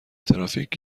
ترافیک